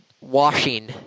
washing